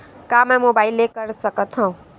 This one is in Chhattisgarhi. का मै मोबाइल ले कर सकत हव?